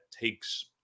takes –